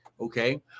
okay